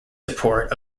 support